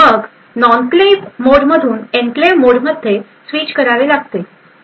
मग नॉनक्लेव्ह मोडमधून एन्क्लेव्ह मोडमध्ये स्विच करावे लागते